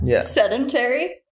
sedentary